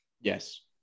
Yes